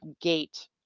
gate